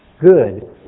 good